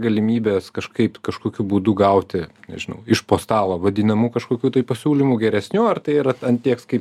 galimybės kažkaip kažkokiu būdu gauti nežinau iš po stalo vadinamų kažkokių tai pasiūlymų geresnių ar tai yra ant tiek skai